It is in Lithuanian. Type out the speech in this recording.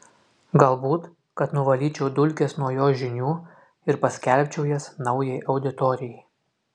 galbūt kad nuvalyčiau dulkes nuo jo žinių ir paskelbčiau jas naujai auditorijai